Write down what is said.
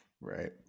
Right